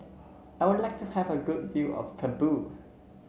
I would like to have a good view of Kabul